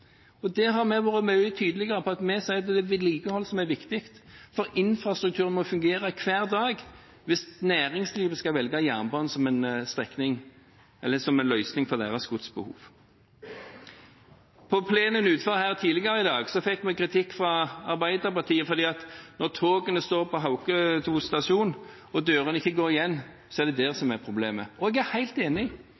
økte. Der har vi vært meget tydelige og har sagt at det er vedlikehold som er viktig, for infrastrukturen må fungere hver dag hvis næringslivet skal velge jernbanen som en løsning for sitt godsbehov. På plenen utenfor her tidligere i dag fikk vi kritikk fra Arbeiderpartiet, for når togene står på Hauketo stasjon og dørene ikke går igjen, er det det som er problemet. Jeg er helt enig,